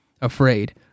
afraid